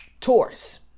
Taurus